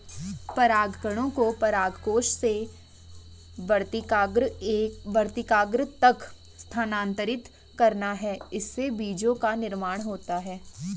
परागकणों को परागकोश से वर्तिकाग्र तक स्थानांतरित करना है, इससे बीजो का निर्माण होता है